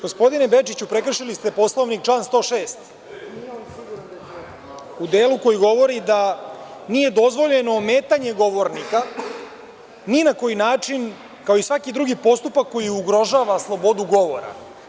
Gospodine Bečiću, prekršili ste Poslovnik član 106. u delu koji govori da nije dozvoljeno ometanje govornika ni na koji način kao i svaki drugi postupak koji ugrožava slobodu govora.